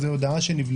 איזה הודע שנבלעה?